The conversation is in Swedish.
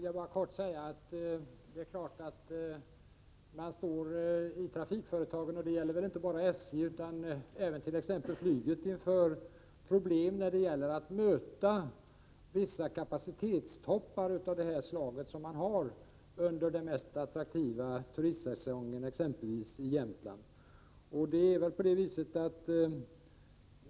Herr talman! Det är klart att trafikföretagen — det gäller inte bara SJ utan även inom t.ex. flyget — står inför problem när det gäller att möta kapacitetstoppar av det slag som under den mest attraktiva turistsäsongen uppkommer i exempelvis Jämtland.